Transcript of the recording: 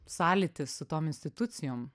sąlytis su tom institucijom